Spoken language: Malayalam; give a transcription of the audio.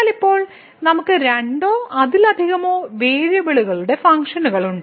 എന്നാൽ ഇപ്പോൾ നമുക്ക് രണ്ടോ അതിലധികമോ വേരിയബിളുകളുടെ ഫങ്ക്ഷനുകൾ ഉണ്ട്